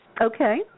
Okay